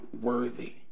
worthy